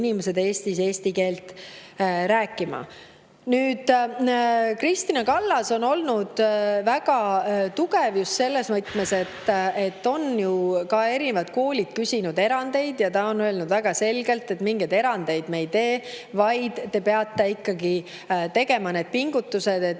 inimesed eesti keelt rääkima. Nüüd, Kristina Kallas on olnud väga tugev just selles mõttes, et erinevad koolid on ju küsinud erandeid ja ta on öelnud väga selgelt, et mingeid erandeid me ei tee, vaid [koolid] peavad ikkagi tegema pingutusi, et